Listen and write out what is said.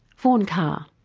vaughan carr.